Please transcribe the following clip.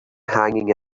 hanging